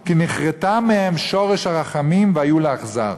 כי נכרתה מהם שורש הרחמים והיו לאכזר.